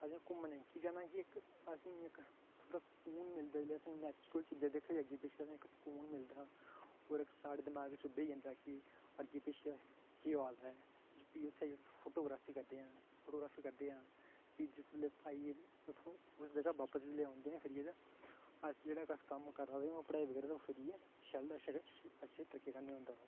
असें घुम्मने गी की जाना कि इक असें गी इक थोह्ड़ा सुकून मिलदा जिसलै अस नैचुरल चीजां दिक्खचै अग्गें पिच्छें ते इक सुकून मिलदा और ओह् साढ़े दिमाग च बेही जंदा कि अग्गें पिच्छें केह् होआ दा ऐ फ्ही उत्थै जाइयै फोटोग्राफी करदे आं फोटोग्राफी करदे आं फ्ही जिसलै अस आइयै उत्थूं उस जगह् बापस जेल्ले औंदे आं फिरियै ते अस जेह्ड़ा अस कम्म करै दे होआं पढ़ाई बगैरा ते फिरियै शैल अच्छे तरीके कन्नै होंदा